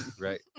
Right